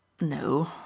No